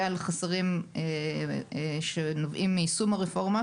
על חסרים שנובעים מיישום הרפורמה.